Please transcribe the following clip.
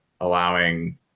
allowing